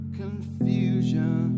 confusion